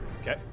okay